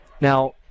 now